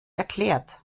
erklärt